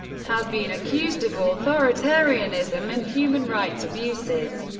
has been accused of ah authoritarianism and human rights abuses.